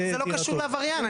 זה לא קשור לעבריין.